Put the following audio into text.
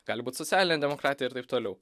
gali būt socialinė demokratija ir taip toliau